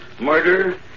murder